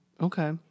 okay